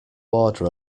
order